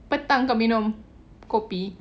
petang kau minum kopi